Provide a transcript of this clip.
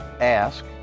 Ask